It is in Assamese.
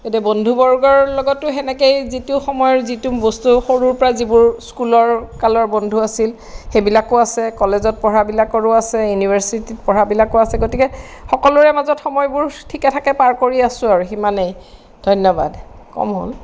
এতিয়া বন্ধু বৰ্গৰ লগতো সেনেকেই যিটো সময়ৰ যিটো বস্তু সৰুৰ পৰা যিবোৰ স্কুলৰ কালৰ বন্ধু আছিল সেইবিলাকো আছে কলেজত পঢ়াবিলাকৰো আছে ইউনিভাৰ্চিটিত পঢ়াবিলাকো আছে গতিকে সকলোৰে মাজত সময়বোৰ ঠিকে থাকে পাৰ কৰি আছো আৰু সিমানেই ধন্যবাদ কম হ'ল